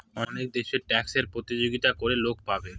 অনেক দেশে ট্যাক্সে প্রতিযোগিতা করে লোক পাবে